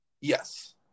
Yes